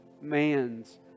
man's